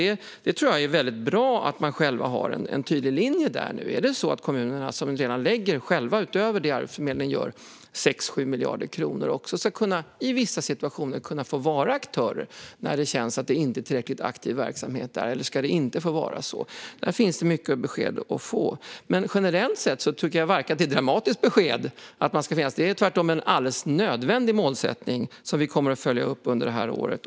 Men jag tror att det är bra om de själva har en tydlig linje där. Ska kommunerna, som själva lägger 6-7 miljarder kronor redan, utöver det Arbetsförmedlingen gör också kunna vara aktörer i vissa situationer, när det känns som att verksamheten inte är tillräckligt aktiv? Eller ska det inte få vara på det sättet? Det finns många besked att få när det gäller det. Generellt sett tycker jag inte att det är ett särskilt dramatiskt besked att man ska finnas i alla kommuner. Det är tvärtom en alldeles nödvändig målsättning som vi kommer att följa upp under det här året.